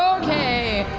okay.